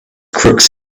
crooks